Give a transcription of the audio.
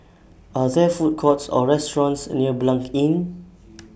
Are There Food Courts Or restaurants near Blanc Inn